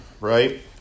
right